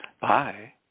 Bye